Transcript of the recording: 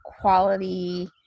quality